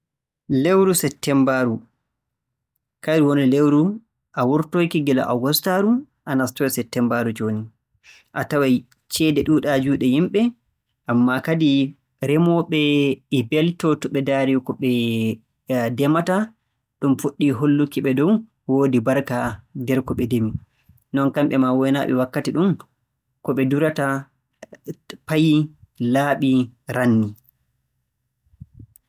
Lewru Settemmbaaru, kayru woni lewru a wurtoyke gila Ogustaaru a naatoyii Settemmbaaru jooni. A taway ceede ɗuuɗaa juuɗe yimɓe, ammaa kadi, remooɓe e mbeltoo to ɓe ndaarii ko ɓe ndemata, ɗum fuɗɗii holluki-ɓe dow woodi barka nder ko ɓe ndemi. Non kamɓe maa waynaaɓe wakkati ɗum, ko ɓe ndurata fayii, laaɓii, rannii.